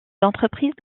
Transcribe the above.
d’entreprise